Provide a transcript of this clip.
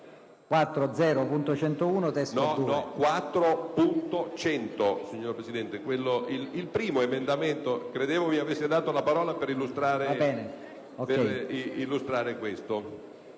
4.0.101 (testo 2).